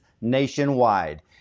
nationwide